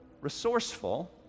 resourceful